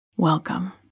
Welcome